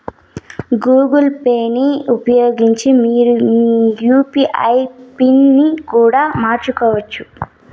Google పేని ఉపయోగించి మీరు మీ యూ.పీ.ఐ పిన్ ని కూడా మార్చుకోవచ్చు